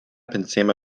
pensema